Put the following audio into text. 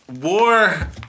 War